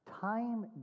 Time